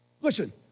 Listen